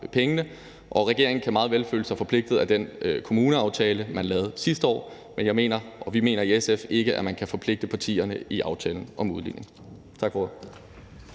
pengene. Regeringen kan meget vel føle sig forpligtet af den kommuneaftale, man lavede sidste år, men jeg mener og vi mener i SF ikke, at man kan forpligte partierne i aftalen om udligning. Tak for ordet.